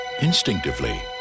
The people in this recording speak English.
instinctively